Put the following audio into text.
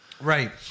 Right